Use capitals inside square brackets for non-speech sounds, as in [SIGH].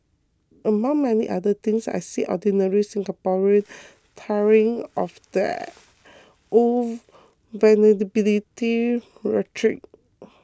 among many other things I see ordinary Singaporean [NOISE] tiring of the old vulnerability rhetoric